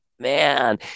Man